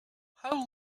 how